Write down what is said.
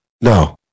no